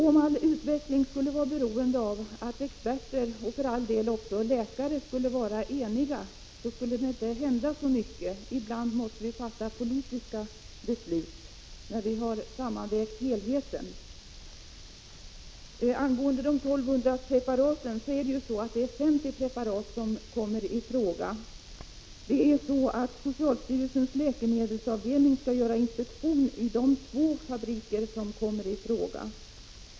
Om all utveckling skulle vara beroende av att experter — och för all del också läkare — skulle vara eniga, så skulle det inte hända så mycket. Ibland måste vi fatta politiska beslut när vi har sammanvägt helheten. Angående de 1 200 preparaten är det så att det är 50 preparat som kommer i fråga. Socialstyrelsens läkemedelsavdelning skall göra inspektion i de två fabriker som kommer i fråga.